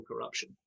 corruption